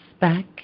back